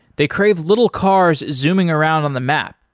they crave little cars zooming around on the map.